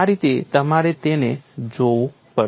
આ રીતે તમારે તેને જોવું પડશે